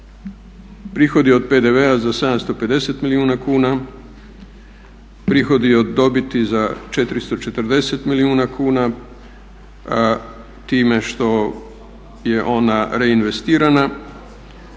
prihodi od PDV-a za 750 milijuna kuna, prihodi od dobiti za 440 milijuna kuna time što je ona reinvestirana,